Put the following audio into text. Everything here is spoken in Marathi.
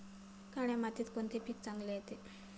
काळ्या मातीत कोणते पीक चांगले येते?